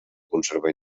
conservar